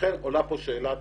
לכן עולה כאן שאלת